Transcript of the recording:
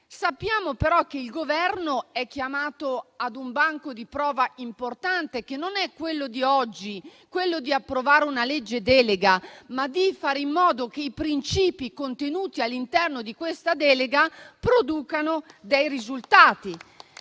Sappiamo però che il Governo è chiamato a un banco di prova importante, che non è quello di oggi, quello cioè di approvare una legge delega, ma è quello di fare in modo che i principi contenuti al suo interno producano risultati.